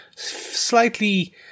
slightly